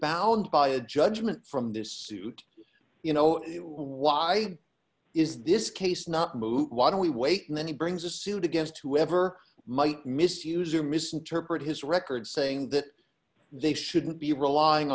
bound by a judgment from this suit you know why is this case not move why don't we wait and then he brings a suit against whoever might misuse or misinterpret his record saying that they shouldn't be relying